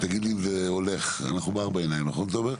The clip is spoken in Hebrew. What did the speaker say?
תגיד לי איך זה הולך בארבע עיניים, תומר.